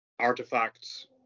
Artifacts